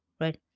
right